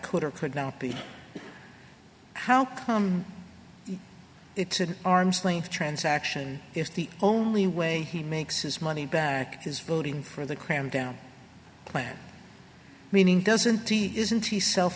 could or could not be how come it's an arm's length transaction is the only way he makes his money back his voting for the cram down plan meaning doesn't isn't he self